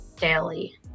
daily